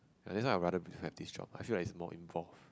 ya that's why I rather have this job I feel like its more involved